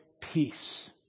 peace